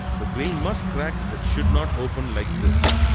the grain must crack, but should not open like this.